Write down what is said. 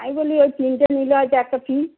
তাই বলি ওই তিনটে নিলে হয়ত একটা ফ্রী